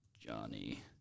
Johnny